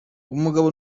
umugabo